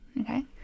okay